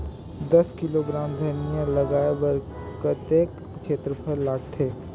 दस किलोग्राम धनिया लगाय बर कतेक क्षेत्रफल लगथे?